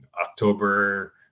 october